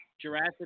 Jurassic